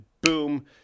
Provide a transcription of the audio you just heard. boom